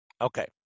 Okay